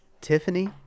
tiffany